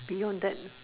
beyond that